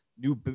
new